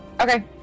Okay